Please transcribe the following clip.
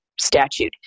statute